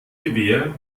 gewehr